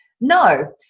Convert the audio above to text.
No